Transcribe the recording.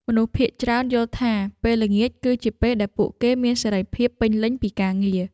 មនុស្សភាគច្រើនយល់ថា ពេលល្ងាចគឺជាពេលដែលពួកគេមានសេរីភាពពេញលេញពីការងារ។